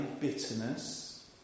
bitterness